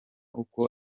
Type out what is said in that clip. uko